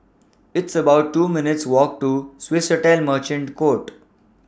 It's about two minutes' Walk to Swissotel Merchant Court